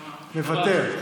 מוותר,